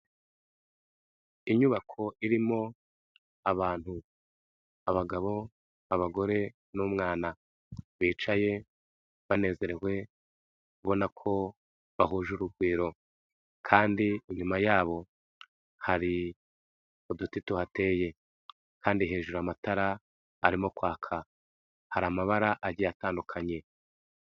Inyubako irimo abantu, abagabo, abagore n'umwana, bicaye banezerewe ubona ko bahuje urugwiro kandi inyuma yabo hari uduti tuhateye kandi hejuru amatara arimo kwaka, hari amabara agiye atandukanye.